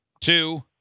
two